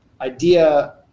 idea